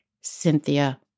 Cynthia